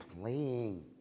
playing